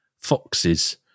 foxes